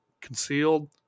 concealed